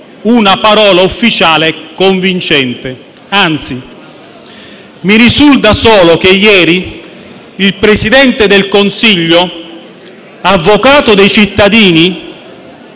una parola ufficiale convincente. Anzi, mi risulta solo che ieri il Presidente del Consiglio, avvocato dei cittadini